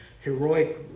heroic